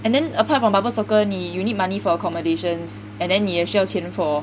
and then apart from bubble soccer you need money for accommodations and then 你也需要钱 for